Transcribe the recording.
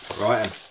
right